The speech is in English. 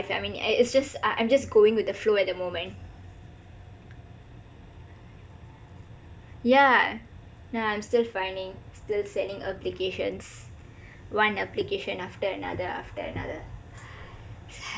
is just uh I I'm just going with the flow at the moment yah yah I'm still finding still sending applications one application after another